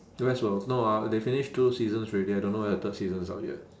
westworld no ah they finished two seasons already I don't know whether the third season's out yet